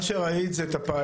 מה שראית זה את הפיילוט,